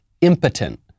impotent